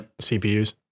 cpus